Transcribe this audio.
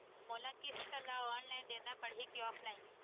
मोला किस्त ला ऑनलाइन देना पड़ही की ऑफलाइन?